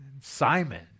Simon